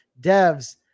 devs